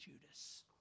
Judas